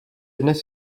dnes